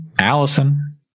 Allison